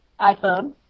iPhone